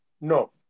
No